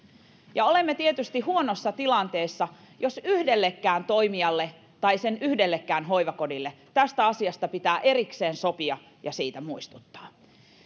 ja olemme tietysti huonossa tilanteessa jos yhdellekään toimijalle tai sen yhdellekään hoivakodille tästä asiasta pitää erikseen sopia ja siitä muistuttaa